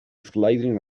sliding